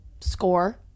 score